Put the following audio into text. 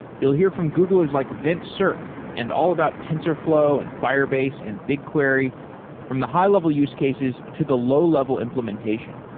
you'll hear from google is like vince cerf and all about tensorflow and firebase and bigquery from the high-level use cases to the low-level implementation.